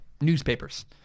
newspapers